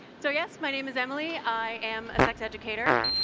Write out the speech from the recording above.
so yes, my name is emily. i am a sex educator.